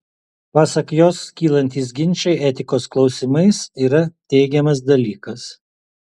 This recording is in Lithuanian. pasak jos kylantys ginčai etikos klausimais yra teigiamas dalykas